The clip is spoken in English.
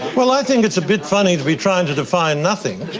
well, i think it's a bit funny to be trying to define nothing.